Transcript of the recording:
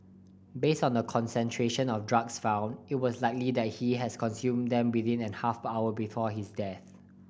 based on the concentration of drugs found it was likely that he has consumed them within an half hour before his death